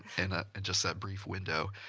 and ah and just that brief window.